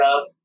up